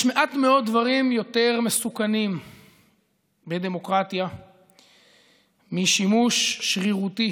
יש מעט מאוד דברים יותר מסוכנים בדמוקרטיה משימוש שרירותי